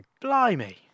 blimey